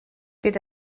bydd